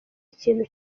ikintu